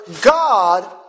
God